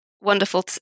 wonderful